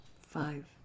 five